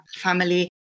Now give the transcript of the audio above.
family